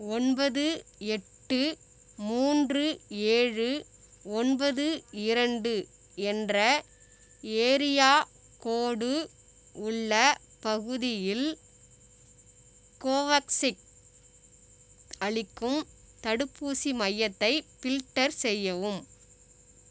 ஒன்பது எட்டு மூன்று ஏழு ஒன்பது இரண்டு என்ற ஏரியா கோடு உள்ள பகுதியில் கோவோக்ஸிக் அளிக்கும் தடுப்பூசி மையத்தை ஃபில்டர் செய்யவும்